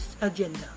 agenda